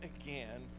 again